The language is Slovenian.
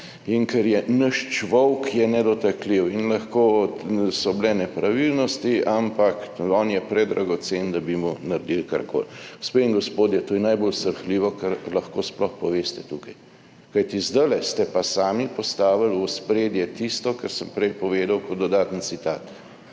in ker je »naš čvovk« je nedotakljiv in so bile nepravilnosti, ampak on je predragocen, da bi mu naredili karkoli. Gospe in gospodje, to je najbolj srhljivo kar lahko sploh poveste tukaj, kajti zdaj ste pa sami postavili v ospredje tisto, kar sem prej povedal kot dodaten citat,